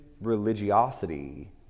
religiosity